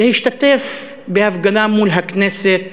להשתתף בהפגנה מול הכנסת